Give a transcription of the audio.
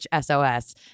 SOS